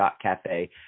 cafe